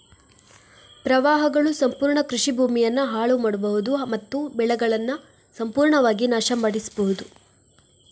ಪ್ರವಾಹಗಳು ಸಂಪೂರ್ಣ ಕೃಷಿ ಭೂಮಿಯನ್ನ ಹಾಳು ಮಾಡ್ಬಹುದು ಮತ್ತು ಬೆಳೆಗಳನ್ನ ಸಂಪೂರ್ಣವಾಗಿ ನಾಶ ಪಡಿಸ್ಬಹುದು